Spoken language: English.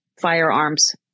firearms